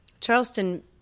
Charleston